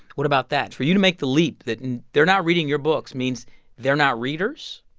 what about that? for you to make the leap that and they're not reading your books means they're not readers,